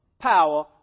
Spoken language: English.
power